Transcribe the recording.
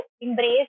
embrace